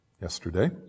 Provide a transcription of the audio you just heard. yesterday